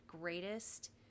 greatest